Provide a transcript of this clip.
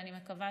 ואני מקווה,